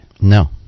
No